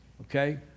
okay